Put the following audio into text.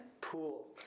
Pool